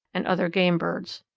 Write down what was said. and other game birds.